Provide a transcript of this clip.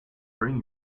bring